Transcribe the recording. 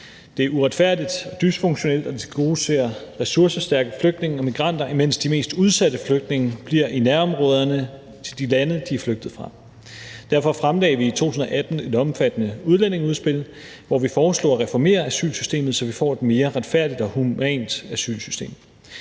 Det er uretfærdigt og dysfunktionelt, at det skal bruges til ressourcestærke flygtninge og migranter, imens de mest udsatte flygtninge bliver i nærområderne til de lande, de er flygtet fra. Derfor fremlagde vi i 2018 et omfattende udlændingeudspil, hvor vi foreslog at reformere asylsystemet, så Danmark får et mere retfærdigt og humant asylsystem.